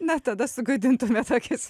na tada sugadintumėt akis